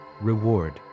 Reward